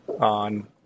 on